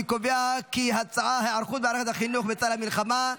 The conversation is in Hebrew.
אני קובע כי ההצעה במושא: היערכות מערכת החינוך בצל המלחמה,